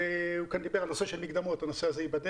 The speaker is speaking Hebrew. הוא דיבר כאן על נושא של מקדמות, הנושא ייבדק.